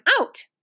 out